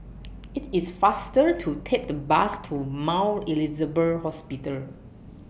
IT IS faster to Take The Bus to Mount Elizabeth Hospital